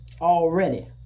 already